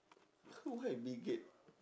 who why bill gates